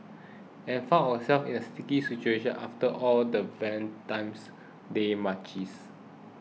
and found ourselves in a sticky situation after all the Valentine's Day munchies